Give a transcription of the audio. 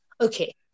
okay